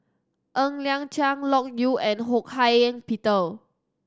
Ng Liang Chiang Loke Yew and Ho Hak Ean Peter